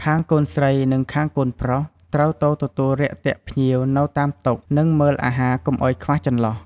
ខាងកូនស្រីនិងខាងកូនប្រុស ត្រូវទៅទទួលរាក់ទាក់ភ្ញៀវនៅតាមតុ និងមើលអាហារកុំអោយខ្វះចន្លោះ។